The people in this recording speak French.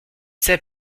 sait